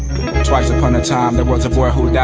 twice upon a time, there was a boy who died.